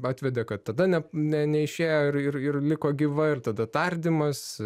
atvedė kad tada ne ne neišėjo ir ir ir liko gyva ir tada tardymas